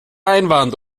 einwand